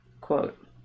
Quote